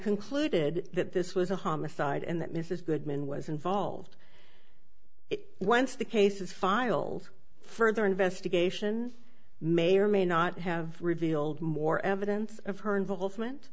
concluded that this was a homicide and that mrs goodman was involved it once the case is filed further investigation may or may not have revealed more evidence of her involvement